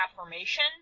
affirmation